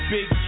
Big